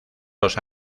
los